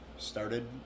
Started